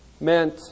meant